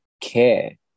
care